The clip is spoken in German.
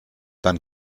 dann